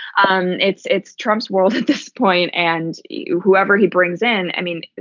um it's it's trump's world at this point. and whoever he brings in, i mean,